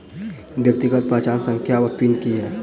व्यक्तिगत पहचान संख्या वा पिन की है?